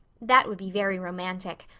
that would be very romantic,